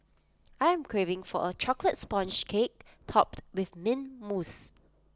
I am craving for A Chocolate Sponge Cake Topped with Mint Mousse